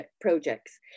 projects